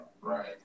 Right